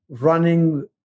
running